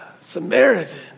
Samaritan